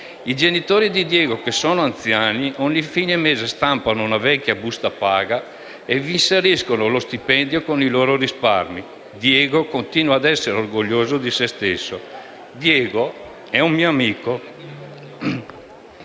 I genitori di Diego, che sono anziani, ogni fine mese stampano una vecchia busta paga e vi inseriscono lo stipendio con i loro risparmi. Diego, quindi, continua a essere orgoglioso di se stesso. Diego è un mio amico,